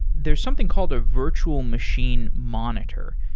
there's something called a virtual machine monitor.